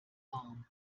warm